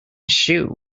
shoe